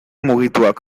mugituak